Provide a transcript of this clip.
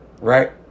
right